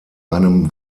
einem